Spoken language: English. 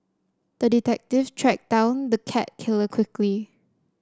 the detective tracked down the cat killer quickly